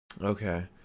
Okay